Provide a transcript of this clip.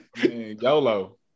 Yolo